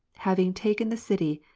having taken the city,